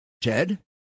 Ted